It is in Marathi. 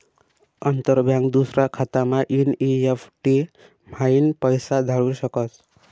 अंतर बँक दूसरा खातामा एन.ई.एफ.टी म्हाईन पैसा धाडू शकस